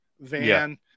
van